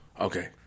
Okay